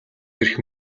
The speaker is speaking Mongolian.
эрх